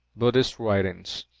buddhist writings.